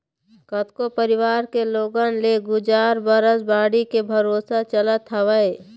कतको परवार के लोगन के गुजर बसर बाड़ी के भरोसा चलत हवय